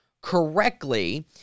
correctly